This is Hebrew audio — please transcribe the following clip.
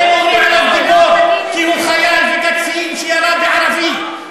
אתם אומרים עליו "גיבור" כי הוא חייל וקצין שירה בערבי,